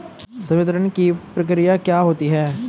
संवितरण की प्रक्रिया क्या होती है?